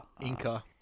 Inca